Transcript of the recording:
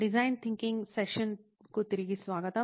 design thinking సెషన్కు తిరిగి స్వాగతం